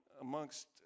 amongst